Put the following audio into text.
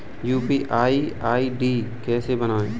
UPI ID कैसे बनाते हैं?